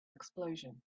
explosion